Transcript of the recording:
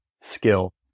skill